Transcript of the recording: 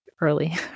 Early